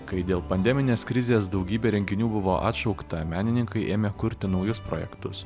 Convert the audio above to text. kai dėl pandeminės krizės daugybė renginių buvo atšaukta menininkai ėmė kurti naujus projektus